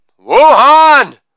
Wuhan